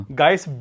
guys